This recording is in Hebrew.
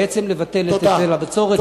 בעצם לבטל את היטל הבצורת.